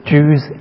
Jews